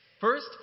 First